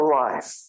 life